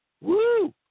Woo